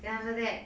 then after that